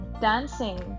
dancing